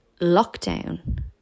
lockdown